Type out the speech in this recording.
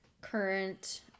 current